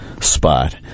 spot